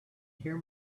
hear